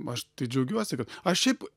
aš džiaugiuosi kad aš šiaip